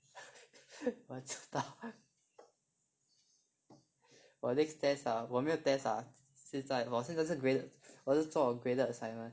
我做到我 next test ah 我没有 test lah 现在我现在是 graded 我是做 graded assignment